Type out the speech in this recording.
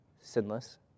Sinless